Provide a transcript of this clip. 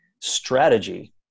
strategy